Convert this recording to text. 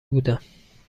بودم